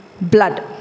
blood